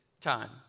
time